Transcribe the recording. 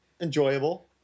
Enjoyable